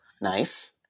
Nice